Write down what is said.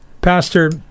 Pastor